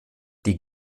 die